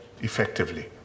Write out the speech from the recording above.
effectively